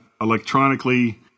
electronically